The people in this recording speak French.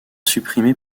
supprimé